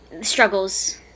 struggles